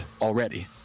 already